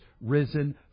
risen